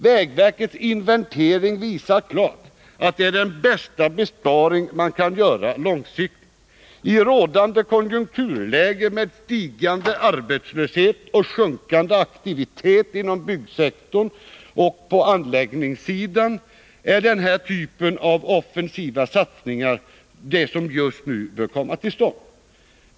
Vägverkets inventering visar klart att det är den bästa besparing man kan göra långsiktigt. I rådande konjunkturläge med stigande arbetslöshet och sjunkande aktivitet inom byggsektorn och på anläggningssidan är det den typ av offensiva satsningar som bör komma till stånd.